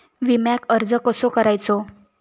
विम्याक अर्ज कसो करायचो?